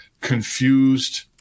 confused